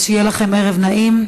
אז שיהיה לכם ערב נעים.